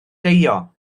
deio